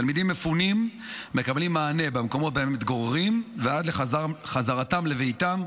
תלמידים מפונים מקבלים מענה במקומות שבהם הם מתגוררים ועד לחזרתם לביתם,